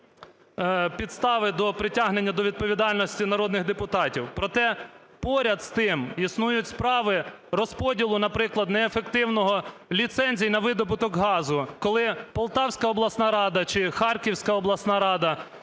підстави до притягнення до відповідальності народних депутатів, проте поряд з тим існують справи розподілу, наприклад, неефективного ліцензій на видобуток газу, коли Полтавська обласна рада чи Харківська обласна рада